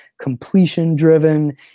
completion-driven